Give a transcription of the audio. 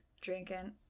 drinking